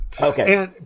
Okay